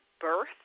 birth